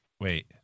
wait